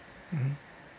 mmhmm